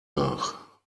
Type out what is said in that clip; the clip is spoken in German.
nach